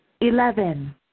Eleven